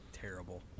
terrible